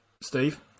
Steve